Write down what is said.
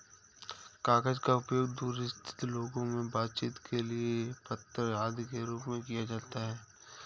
कागज का उपयोग दूर स्थित लोगों से बातचीत के लिए पत्र आदि के रूप में किया जाता है